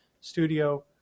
Studio